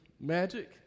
Magic